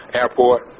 airport